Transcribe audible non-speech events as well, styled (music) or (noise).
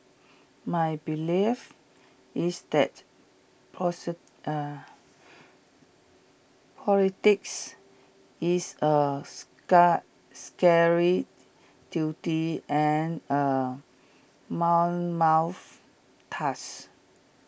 my belief is that (unintelligible) (hesitation) (noise) politics is A (unintelligible) scary duty and A mammoth task